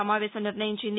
సమావేశం నిర్ణయించింది